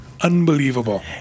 Unbelievable